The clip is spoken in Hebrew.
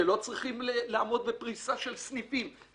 שלא צריכים לעמוד בפריסה של סניפים,